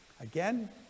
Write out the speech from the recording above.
Again